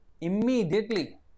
immediately